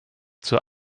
zur